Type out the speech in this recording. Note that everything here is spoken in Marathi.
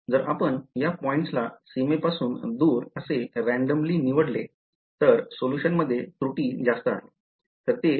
जर आपण या पॉईंट्सला सीमेपासून दूर असे randomly निवडले तर सोल्यूशनमध्ये त्रुटी जास्त आहे